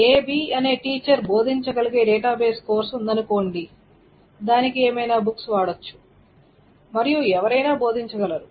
ఒక AB అనే teacher బోధించగలిగే డేటాబేస్ కోర్సు ఉందనుకోండి దానికి ఏమైనా బుక్స్ వాడొచ్చు మరియు ఎవరైనా బోధించగలరు